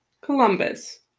Columbus